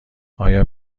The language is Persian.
آیا